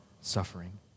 suffering